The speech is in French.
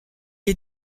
est